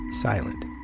silent